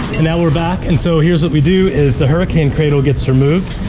and now we're back. and so here's what we do is the hurricane cradle gets removed.